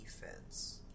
defense